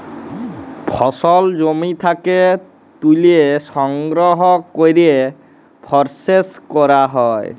ফসল জমি থ্যাকে ত্যুলে সংগ্রহ ক্যরে পরসেস ক্যরা হ্যয়